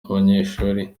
abanyeshuri